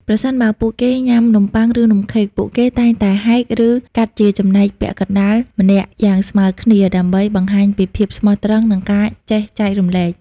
ប្រសិនបើពួកគេញ៉ាំនំប៉័ង ឬនំខេក ពួកគេតែងតែហែក ឬកាត់ជាចំណែកពាក់កណ្ដាលម្នាក់យ៉ាងស្មើគ្នា ដើម្បីបង្ហាញពីភាពស្មោះត្រង់ និងការចេះចែករំលែក។